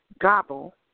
gobble